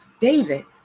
David